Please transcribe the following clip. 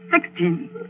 sixteen